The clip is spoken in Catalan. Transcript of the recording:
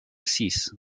sis